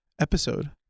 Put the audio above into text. episode